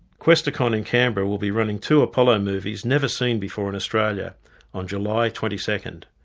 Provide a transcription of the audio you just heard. questacon in canberra will be running two apollo movies never seen before in australia on july twenty second.